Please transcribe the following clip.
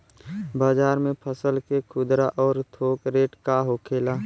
बाजार में फसल के खुदरा और थोक रेट का होखेला?